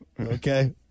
Okay